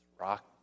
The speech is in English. Rock